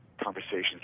conversations